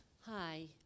Hi